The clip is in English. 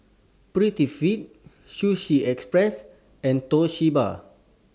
Prettyfit Sushi Express and Toshiba